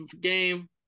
game